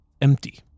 empty